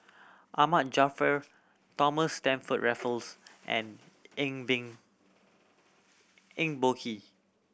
Ahmad Jaafar Thomas Stamford Raffles and Eng Eng Boh Kee